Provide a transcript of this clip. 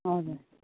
हजुर